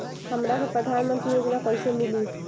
हमरा के प्रधानमंत्री योजना कईसे मिली?